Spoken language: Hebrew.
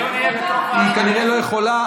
היא כנראה לא יכולה.